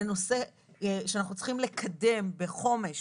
לנושא שאנחנו צריכים לקדם בחומש,